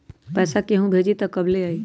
पैसा केहु भेजी त कब ले आई?